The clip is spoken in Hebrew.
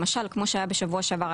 למשל כמו שהיה בשבוע שעבר,